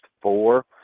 four